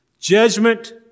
judgment